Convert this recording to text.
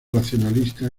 racionalista